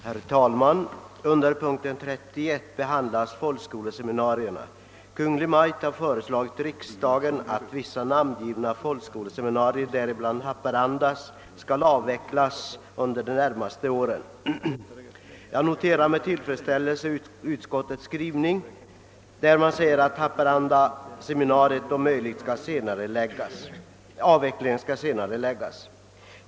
Herr talman! Under denna punkt i utskottets utlåtande behandlas frågan om folkskoleseminarierna. Kungl. Maj:t har föreslagit riksdagen att vissa namngivna folkskoleseminarier, däribland seminariet i Haparanda, skall avvecklas under de närmaste åren. Jag noterar emellertid med tillfredsställelse utskottets skrivning att avvecklingen av folkskoleseminariet i Haparanda om möjligt skall senareläggas.